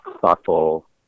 thoughtful